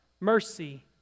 mercy